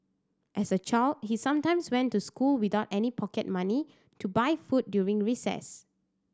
as a child he sometimes went to school without any pocket money to buy food during recess